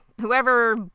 whoever